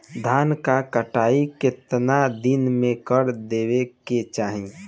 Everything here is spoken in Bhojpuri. धान क कटाई केतना दिन में कर देवें कि चाही?